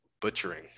butchering